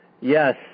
yes